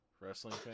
Wrestling